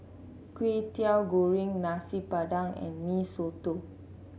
Kwetiau Goreng Nasi Padang and Mee Soto